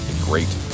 great